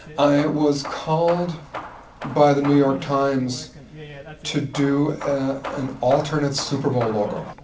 i was called by the new york times to do an alternate super bowl logo.